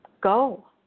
go